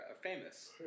famous